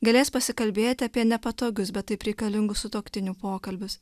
galės pasikalbėti apie nepatogius bet taip reikalingus sutuoktinių pokalbius